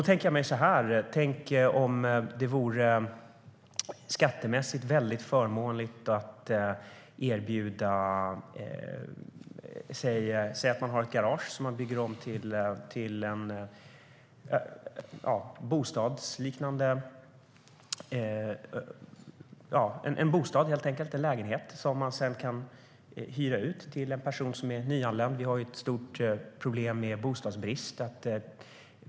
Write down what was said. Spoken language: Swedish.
Tänk om det vore skattemässigt mycket förmånligt att till exempel bygga om ett garage till en bostad som man sedan kan hyra ut till en person som är nyanländ. Vi har ett stort problem med bostadsbrist.